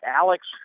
Alex